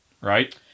Right